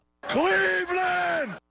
Cleveland